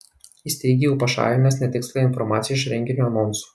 jis teigė jau pašalinęs netikslią informaciją iš renginio anonsų